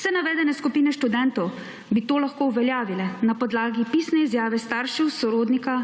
Vse navedene skupine študentov bi to lahko uveljavile na podlagi pisne izjave staršev, sorodnika,